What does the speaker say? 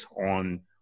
on